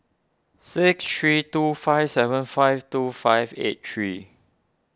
six three two five seven five two five eight three